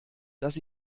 dass